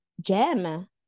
gem